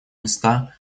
места